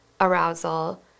arousal